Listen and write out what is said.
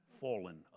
fallen